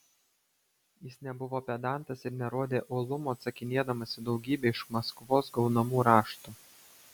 jis nebuvo pedantas ir nerodė uolumo atsakinėdamas į daugybę iš maskvos gaunamų raštų